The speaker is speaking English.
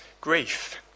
grief